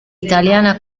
italiana